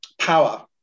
power